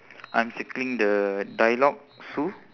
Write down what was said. I'm circling the dialogue sue